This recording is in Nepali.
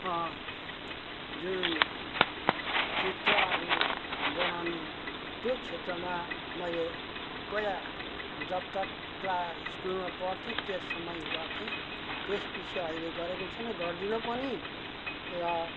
जुन चित्रहरू बनाउनु त्यो क्षेत्रमा मैले प्राय जबतक क्ला स्कुलमा पढ्थेँ त्यस समय गर्थ्येँ त्यस पछि अहिले गरेको छैन गर्दिनँ पनि